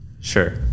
Sure